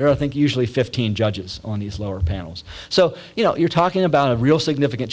or think usually fifteen judges on these lower panels so you know you're talking about a real significant